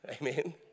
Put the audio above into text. amen